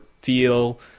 feel